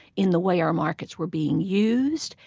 in the way our markets were being used,